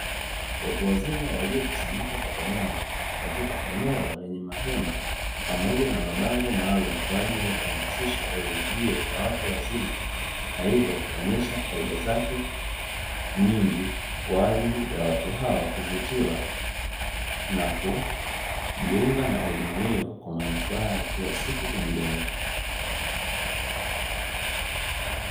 Watu wazima waliokusanyika kwa pamoja katika eneo lenye mahema pamoja na mabango maalumu kwa ajili ya kuhamasisha elimu hiyo ya watu wazima, na hivyo kuonyesha faida zake nyingi kwa ajili ya watu hao kuvutia na kujiunga na elimu hiyo kwa manufaa ya kila siku kwenye jamii.